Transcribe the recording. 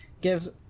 gives